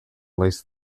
least